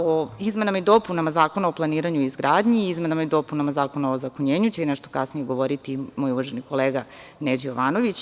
O izmenama i dopunama Zakona o planiranju i izgradnji i izmenama i dopunama Zakona o ozakonjenju će i nešto kasnije govoriti moj uvaženi kolega Neđo Jovanović.